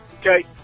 Okay